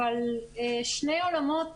אבל שני עולמות